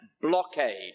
blockade